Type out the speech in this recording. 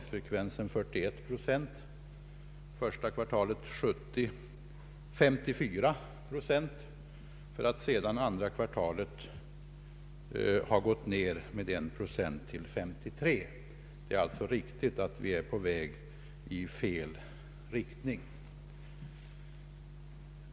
Första kvartalet 1970 var den 54 procent, för att sedan under andra kvartalet ha gått ned med en procent till 53. Det är alltså riktigt att vi är på väg i fel riktning.